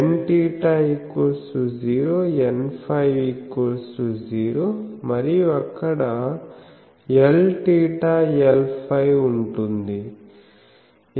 JS0Nθ0Nφ0 మరియు అక్కడ LθLφ ఉంటుంది